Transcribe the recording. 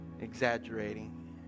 exaggerating